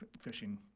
fishing